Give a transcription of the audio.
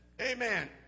Amen